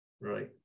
right